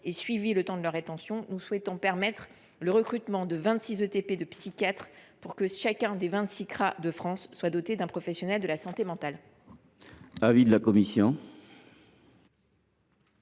et suivis le temps de leur rétention, nous souhaitons permettre le recrutement de 26 ETP de psychiatres ; chacun des 26 CRA de France se verrait ainsi doté d’un professionnel de la santé mentale.